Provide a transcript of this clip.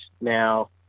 Now